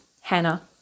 Hannah